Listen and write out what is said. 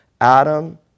Adam